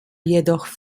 jedoch